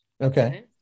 Okay